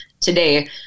today